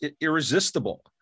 irresistible